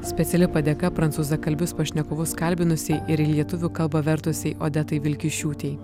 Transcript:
speciali padėka prancūzakalbius pašnekovus kalbinusi ir į lietuvių kalbą vertusi odetai vilkišiūtei